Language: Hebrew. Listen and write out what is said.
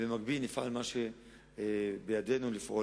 ובמקביל נפעל מה שבידינו לפעול,